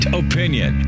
opinion